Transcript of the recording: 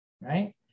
right